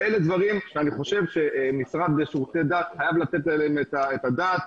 אלה דברים שהמשרד לשירותי דת חייב לתת עליהם את הדעת.